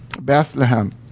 Bethlehem